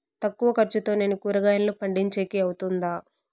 తక్కువ ఖర్చుతో నేను కూరగాయలను పండించేకి అవుతుందా?